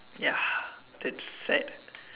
ya that's sad